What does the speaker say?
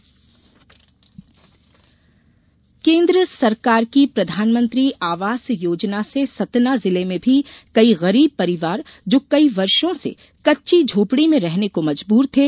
ground report केन्द्र सरकार की प्रधानमंत्री आवास योजना से सतना जिले में भी कई गरीब परिवार जो कई वर्षो से कच्ची झोपड़ी में रहने को मजबूर थे